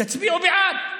תצביעו בעד.